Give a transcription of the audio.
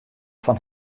fan